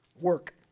work